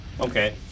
Okay